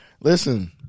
Listen